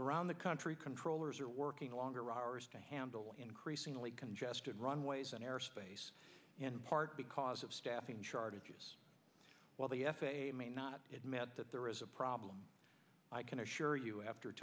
around the country controllers are working longer hours to handle increasingly congested runways and airspace in part because of staffing shortages while the f a a may not admit that there is a problem i can assure you after